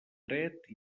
dret